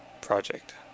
Project